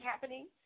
happening